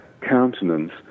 countenance